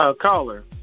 Caller